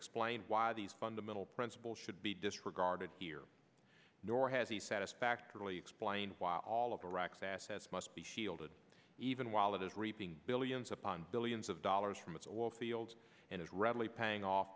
explained why these fundamental principles should be disregarded here nor has he satisfactorily explained why all of iraq's assets must be shielded even while it is reaping billions upon billions of dollars from its oil fields and is readily paying off